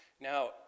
Now